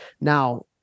Now